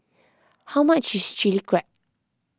how much is Chili Crab